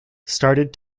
started